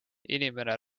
inimene